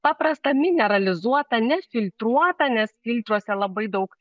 paprastą mineralizuotą nefiltruotą nes filtruose labai daug